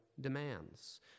demands